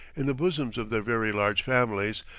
in the bosoms of their very large families,